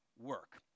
work